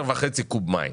10.5 קוב מים,